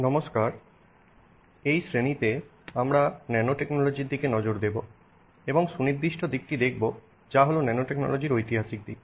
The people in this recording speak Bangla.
নমস্কার এই শ্রেণিতে আমরা ন্যানোটেকনোলজির দিকে নজর দেব এবং সুনির্দিষ্ট দিকটি দেখব যা হল ন্যানোটেকনোলজির ঐতিহাসিক দিক